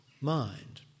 mind